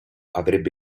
avrebbe